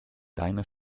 deiner